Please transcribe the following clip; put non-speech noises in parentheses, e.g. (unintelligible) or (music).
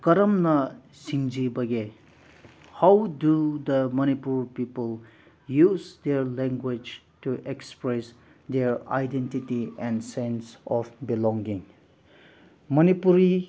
ꯀꯔꯝꯅ (unintelligible) ꯍꯥꯎ do the Manipur people use their language to express their identity and sense of belonging Manipuri